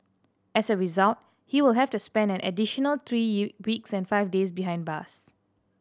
as a result he will have to spend an additional three weeks and five days behind bars